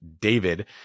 David